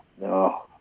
no